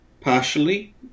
partially